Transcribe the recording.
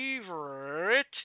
favorite